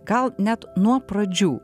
gal net nuo pradžių